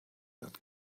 that